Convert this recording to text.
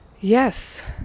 yes